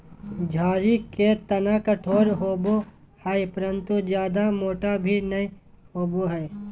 झाड़ी के तना कठोर होबो हइ परंतु जयादा मोटा भी नैय होबो हइ